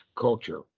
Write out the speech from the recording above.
culture